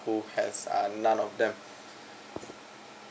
who has ah none of them